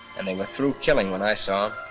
and they were through killing when i saw